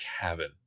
cabin